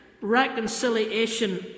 reconciliation